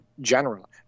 general